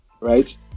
right